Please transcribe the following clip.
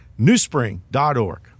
newspring.org